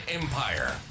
Empire